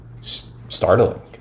startling